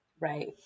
Right